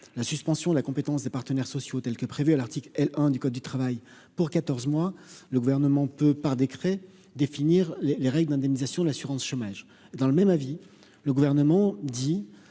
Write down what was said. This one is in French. la suspension de la compétence des partenaires sociaux tels que prévu à l'article L-1 du code du travail pour 14 mois le gouvernement peut, par décret, définir les règles d'indemnisation de l'assurance chômage, dans le même avis : le gouvernement dit